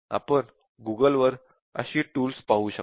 आपण Google वर अशी टूल्स पाहू शकता